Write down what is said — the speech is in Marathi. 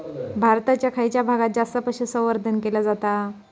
भारताच्या खयच्या भागात जास्त पशुसंवर्धन केला जाता?